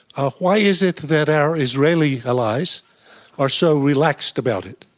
ah why is it that our israeli allies are so relaxed about it?